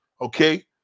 okay